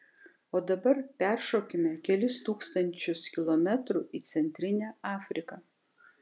o dabar peršokime kelis tūkstančius kilometrų į centrinę afriką